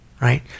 right